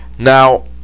Now